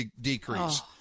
decrease